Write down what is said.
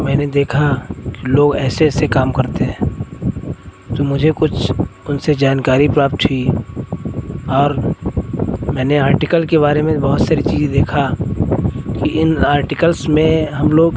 मैंने देखा लोग ऐसे काम करते हैं तो मुझे कुछ उनसे जानकारी प्राप्त हुई और मैंने आर्टिकल के बारे में बहुत सारी चीज़ें देखा कि इन आर्टिकल्स में हम लोग